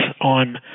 on